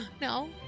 No